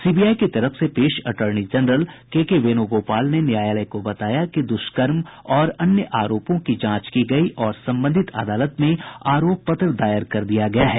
CBI की तरफ से पेश एटॉर्नी जनरल केकेवेणुगोपाल ने न्यायालय को बताया कि दुष्कर्म और अन्य आरोपों की जांच की गई और संबंधित अदालत में आरोप पत्र दायर कर दिया गया है